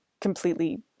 completely